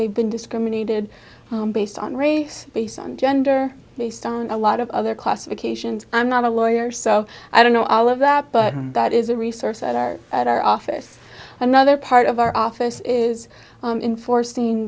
they've been discriminated based on race based on gender based on a lot of other classifications i'm not a lawyer so i don't know all of that but that is a resource that our at our office another part of our office is in forcing